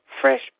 Fresh